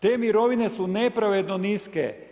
Te mirovine su nepravedno niske.